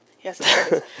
Yes